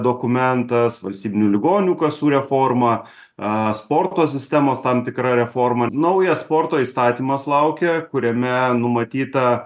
dokumentas valstybinių ligonių kasų reforma a sporto sistemos tam tikra reforma naujas sporto įstatymas laukia kuriame numatyta